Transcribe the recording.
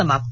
समाप्त